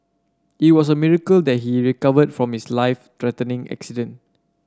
it was a miracle that he recovered from his life threatening accident